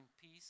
peace